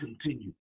continue